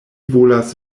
volas